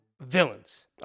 villains